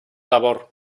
labor